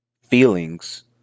feelings